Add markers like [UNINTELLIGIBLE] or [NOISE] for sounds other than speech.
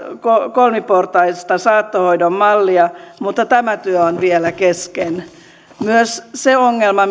kolmiportaista saattohoidon mallia mutta tämä työ on vielä kesken myös se ongelma [UNINTELLIGIBLE]